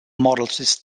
models